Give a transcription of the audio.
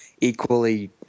equally –